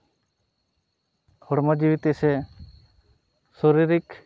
ᱦᱚᱲᱢᱚ ᱡᱤᱣᱤ ᱛᱮ ᱥᱮ ᱥᱟᱨᱤᱨᱤᱠ